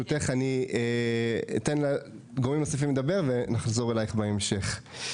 אתן לגורמים נוספים לדבר ונחזור אלייך בהמשך.